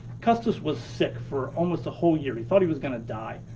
custis was sick for almost a whole year, he thought he was gonna die.